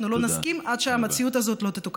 לא נסכים עד שהמציאות הזאת לא תתוקן.